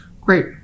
Great